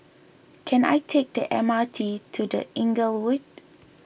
can I take the M R T to the Inglewood